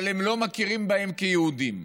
אבל הם לא מכירים בהם כיהודים.